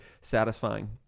satisfying